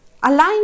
Allein